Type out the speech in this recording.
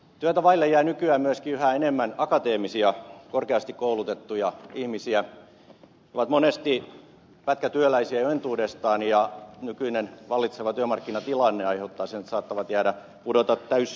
työtä vaille jää nykyään myöskin yhä enemmän akateemisia korkeasti koulutettuja ihmisiä jotka ovat monesti pätkätyöläisiä jo entuudestaan ja joille nykyinen vallitseva työmarkkinatilanne aiheuttaa sen että he saattavat pudota täystyöttömyyteen